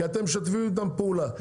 כי אתם משתפים איתם פעולה.